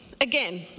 again